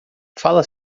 fala